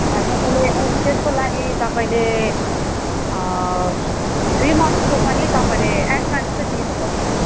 तपाईँले त्यसको लागि तपाईँले थ्री मन्थको पनि तपाईँले एडभान्स चाहिँ दिनु पर्छ